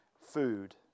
food